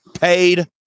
paid